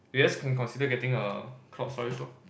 I guess can consider getting a cloud storage lor